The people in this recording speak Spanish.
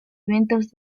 eventos